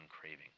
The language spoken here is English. craving